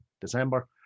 December